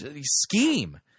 scheme